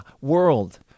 world